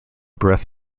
breath